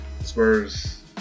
Spurs